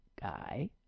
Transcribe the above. guy